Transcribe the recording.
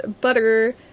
butter